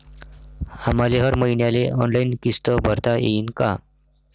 आम्हाले हर मईन्याले ऑनलाईन किस्त भरता येईन का?